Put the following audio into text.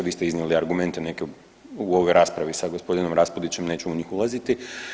Vi ste iznijeli argumente neke u ovoj raspravi, sa gospodinom Raspudićem neću ni ulaziti.